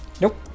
Nope